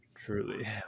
Truly